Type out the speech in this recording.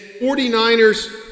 49ers